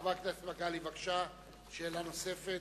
חבר הכנסת מגלי והבה, בבקשה, שאלה נוספת.